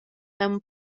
mewn